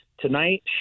Tonight